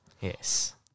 Yes